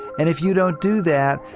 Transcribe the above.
and if you don't do that,